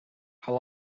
how